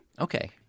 Okay